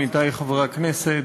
עמיתי חברי הכנסת,